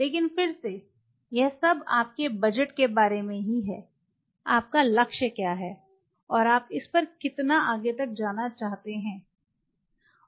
लेकिन फिर से यह सब आपके बजट के बारे में ही है आपका लक्ष्य क्या है और आप इस पर कितनी आगे तक जाना चाहते हैं इस पर